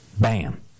Bam